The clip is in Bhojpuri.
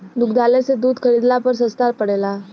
दुग्धालय से दूध खरीदला पर सस्ता पड़ेला?